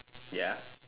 ya